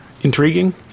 intriguing